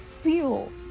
feel